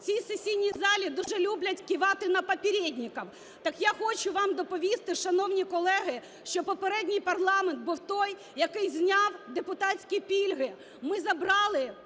цій сесійній залі дуже люблять кивати на "попєрєдніков", так я хочу вам доповісти, шановні колеги, що попередній парламент був той, який зняв депутатські пільги. Ми забрали